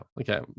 Okay